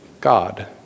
God